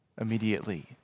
immediately